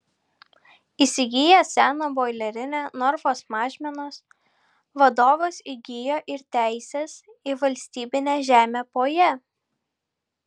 įsigijęs seną boilerinę norfos mažmenos vadovas įgijo ir teises į valstybinę žemę po ja